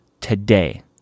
today